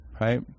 right